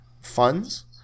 funds